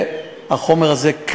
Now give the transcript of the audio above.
והחומר הזה,